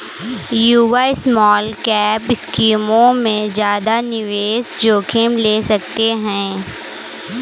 युवा स्मॉलकैप स्कीमों में ज्यादा निवेश जोखिम ले सकते हैं